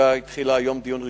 התחילה היום דיון ראשון.